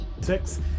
Six